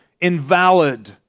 invalid